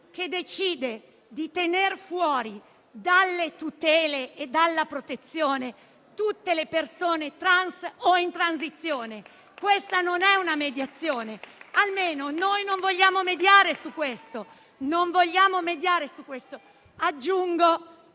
che decide di tener fuori dalle tutele e dalla protezione tutte le persone trans o in transizione. Questa non è una mediazione o, almeno, noi non vogliamo mediare su questo. Siccome il presidente